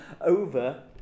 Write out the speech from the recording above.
over